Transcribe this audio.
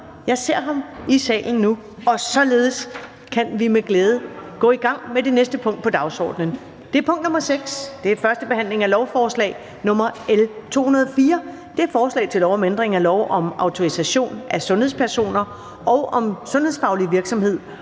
jeg ser ham i salen nu, og således kan vi med glæde gå i gang med det næste punkt på dagsordenen. --- Det næste punkt på dagsordenen er: 6) 1. behandling af lovforslag nr. L 204: Forslag til lov om ændring af lov om autorisation af sundhedspersoner og om sundhedsfaglig virksomhed,